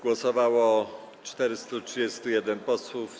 Głosowało 431 posłów.